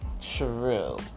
true